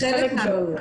בחלק מהמקרים.